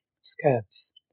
Scabs